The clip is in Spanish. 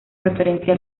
referencia